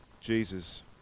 Jesus